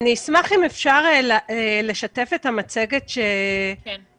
אשמח, אם אפשר יהיה לשתף את המצגת שהכנו.